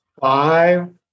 five